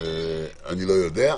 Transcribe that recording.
אני לא יודע.